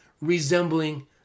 resembling